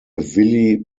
willy